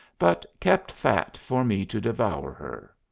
but kept fat for me to devour her.